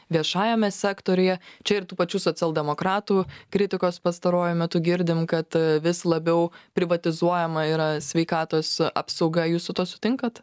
viešajame sektoriuje čia ir tų pačių socialdemokratų kritikos pastaruoju metu girdim kad vis labiau privatizuojama yra sveikatos apsauga jūs su tuo sutinkat